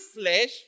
flesh